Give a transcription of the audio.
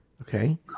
Okay